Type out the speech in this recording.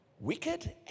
Wicked